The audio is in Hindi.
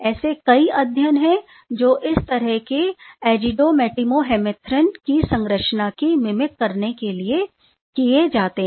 ऐसे कई अध्ययन हैं जो इस तरह के एज़िडो मेटिमोहेमेथ्रिन की संरचना की मिमिक करने के लिए किए जाते हैं